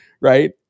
right